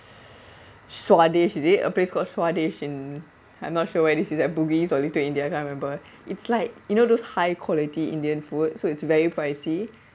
s~ Swaadhisht is it a place called Swaadhisht in I'm not sure where this is at bugis or little india I can't remember it's like you know those high quality indian food so it's very pricey